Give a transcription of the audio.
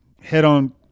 head-on